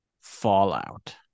fallout